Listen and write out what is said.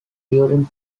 during